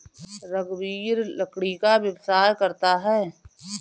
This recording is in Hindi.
रघुवीर लकड़ी का व्यवसाय करता है